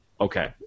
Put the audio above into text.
Okay